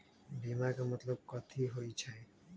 बीमा के मतलब कथी होई छई?